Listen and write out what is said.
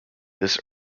this